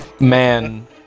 man